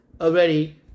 already